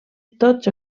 tots